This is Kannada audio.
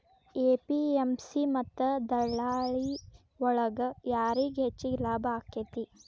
ಎ.ಪಿ.ಎಂ.ಸಿ ಮತ್ತ ದಲ್ಲಾಳಿ ಒಳಗ ಯಾರಿಗ್ ಹೆಚ್ಚಿಗೆ ಲಾಭ ಆಕೆತ್ತಿ?